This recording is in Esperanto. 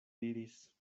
diris